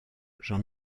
jean